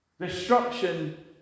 Destruction